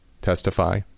testify